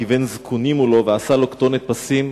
בן זקנים הוא לו ועשה לו כתנת פסים".